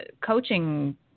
coaching